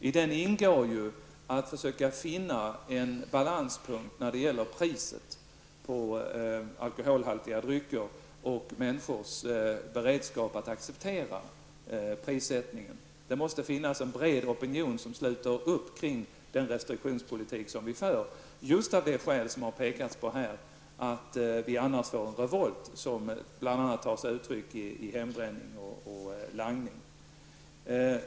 I den ingår att försöka finna en balanspunkt när det gäller priset på alkoholhaltiga drycker och människors beredskap att acceptera prissättningen. Det måste finnas en bred opinion som sluter upp kring den restriktionspolitik som vi för och det just av det skäl som här påpekats. Annars får vi en revolt som bl.a. tar sig uttryck i hembränning och langning.